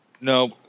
No